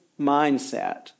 mindset